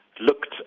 looked